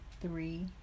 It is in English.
three